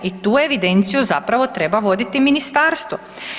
I tu evidenciju zapravo treba voditi ministarstvo.